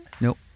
Nope